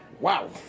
Wow